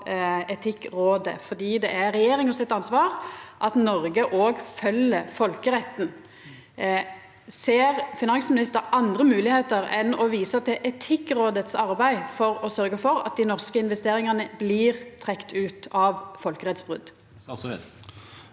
Etikkrådet aleine, for det er regjeringa sitt ansvar at Noreg følgjer folkeretten. Ser finansministeren andre moglegheiter enn å visa til Etikkrådets arbeid, for å sørgja for at dei norske investeringane blir trekte ut av folkerettsbrot?